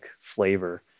flavor